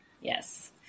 Yes